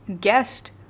guest